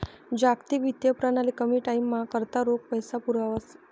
जागतिक वित्तीय प्रणाली कमी टाईमना करता रोख पैसा पुरावस